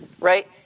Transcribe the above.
right